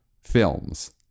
films